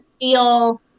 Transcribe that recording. feel